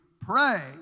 pray